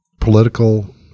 political